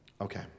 Okay